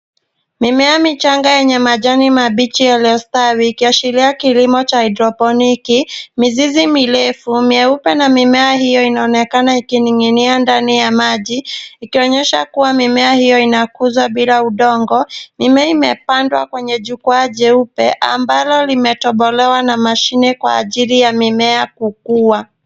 Mimea michanga yenye majani mabichi yaliyostawi, ikiashiria kilimo cha hydroponiki. Mizizi mirefu mieupe na mimea hiyo inaonekana ikining'inia ndani ya maji, ikionyesha kuwa mimea hiyo inakuzwa bila udongo. Mimea imepandwa kwenye jukwaa jeupe ambalo limetobolewa na mashine kwa ajili ya mimea kukua.